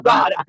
God